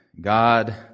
God